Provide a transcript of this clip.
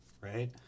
right